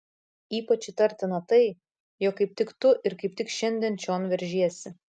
ypač įtartina tai jog kaip tik tu ir kaip tik šiandien čion veržiesi